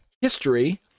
history